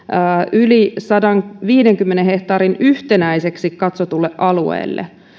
yli sadanviidenkymmenen hehtaarin yhtenäiseksi katsotulle alueelle